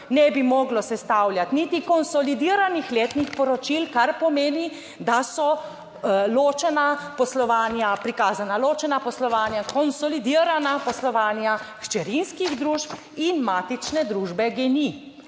ne bi moglo sestavljati niti konsolidiranih letnih poročil, kar pomeni, da so ločena poslovanja prikazana, ločena poslovanja, konsolidirana poslovanja hčerinskih družb in matične družbe GEN-I.